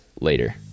later